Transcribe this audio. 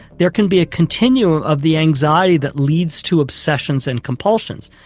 there can be a continuum of the anxiety that leads to obsessions and compulsions.